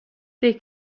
they